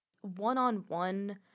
one-on-one